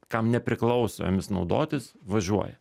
kam nepriklauso jomis naudotis važiuoja